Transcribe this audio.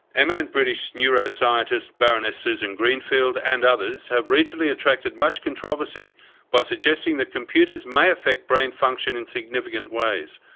eminent british neuroscientist baroness susan greenfield and others have recently attracted much controversy by suggesting that computers may affect brain function in significant ways.